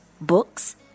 books